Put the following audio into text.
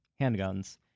handguns